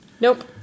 Nope